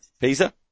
Pisa